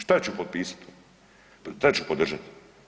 Što ću potpisati, što ću podržati?